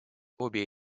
обе